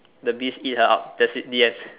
the beast eat her up that's it the end